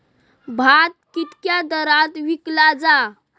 भात कित्क्या दरात विकला जा?